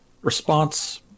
response